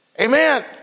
Amen